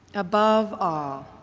above all,